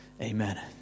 amen